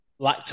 lactose